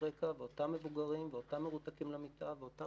רקע ואותם מבוגרים ואותם מרותקים למיטה ואותו